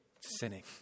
sinning